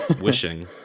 wishing